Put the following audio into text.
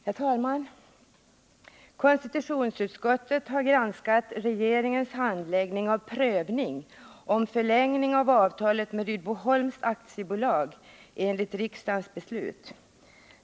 Herr talman! Konstitutionsutskottet har granskat regeringens handläggning av prövning om förlängning av avtalet med Rydboholms AB enligt riksdagens beslut.